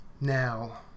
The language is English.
now